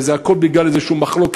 והכול נתקע בגלל מחלוקת